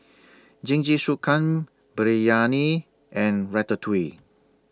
Jingisukan Biryani and Ratatouille